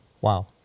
Wow